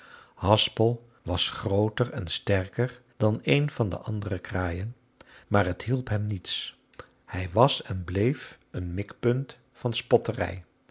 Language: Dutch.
haspel was grooter en sterker dan een van de andere kraaien maar het hielp hem niets hij was en bleef een mikpunt van spotternij